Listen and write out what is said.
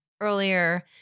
earlier